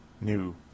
new